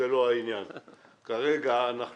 כרגע אנחנו